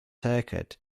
circuit